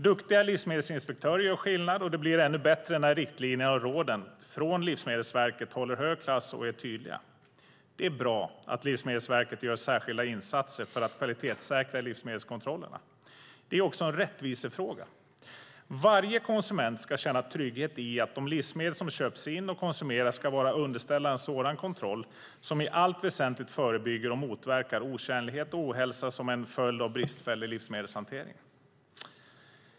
Duktiga livsmedelsinspektörer gör skillnad, och de blir ännu bättre när riktlinjerna och råden från Livsmedelsverket håller hög klass och är tydliga. Det är bra att Livsmedelsverket gör särskilda insatser för att kvalitetssäkra livsmedelkontrollerna. Det är också en rättvisefråga. Varje konsument ska känna trygghet i att de livsmedel som köps in och konsumeras ska vara underställda en sådan kontroll som i allt väsentligt förebygger och motverkar otjänlighet och ohälsa som en följd av bristfällig livsmedelshantering.